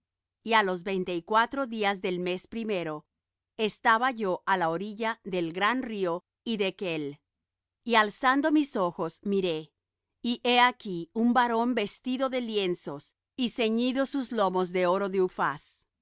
y á los veinte y cuatro días del mes primero estaba yo á la orilla del gran río hiddekel y alzando mis ojos miré y he aquí un varón vestido de lienzos y ceñidos sus lomos de oro de uphaz